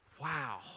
Wow